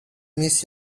miss